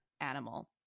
animal